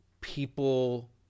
people